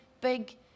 big